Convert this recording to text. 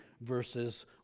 verses